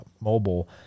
Mobile